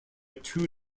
two